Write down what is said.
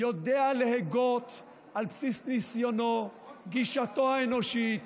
על בסיס ניסיונו, גישתו האנושית,